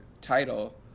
title